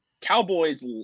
Cowboys